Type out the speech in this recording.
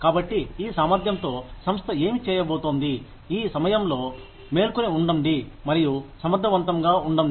కాబట్టి ఈ సామర్థ్యంతో సంస్థ ఏమి చేయబోతోంది ఈ సమయంలో మేల్కొని ఉండండి మరియు సమర్థవంతంగా ఉండండి